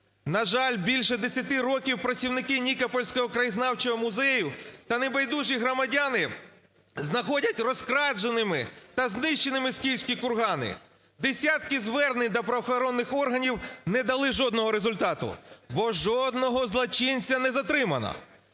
На жаль, більше 10 років працівники Нікопольського краєзнавчого музею та небайдужі громадяни знаходять розкраденими та знищеними скіфські кургани. Десятки звернень до правоохоронних органів не дали жодного результату, бо жодного злочинця не затримано.